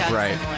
right